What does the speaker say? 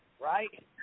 right